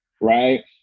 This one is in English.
right